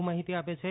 વધુ માહિતી આપે છે